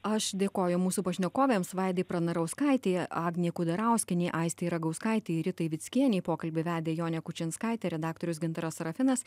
aš dėkoju mūsų pašnekovėms vaidai pranarauskaitei agnei kudarauskienei aistei ragauskaitei ritai vickienei pokalbį vedė jonė kučinskaitė redaktorius gintaras sarafinas